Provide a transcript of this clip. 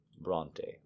Bronte